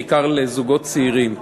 בעיקר לזוגות צעירים.